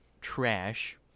trash